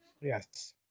Yes